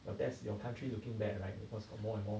that's your country looking bad right because got more and more